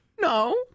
no